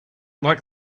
like